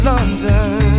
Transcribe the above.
London